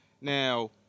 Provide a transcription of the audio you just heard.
Now